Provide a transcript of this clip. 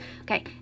Okay